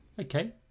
Okay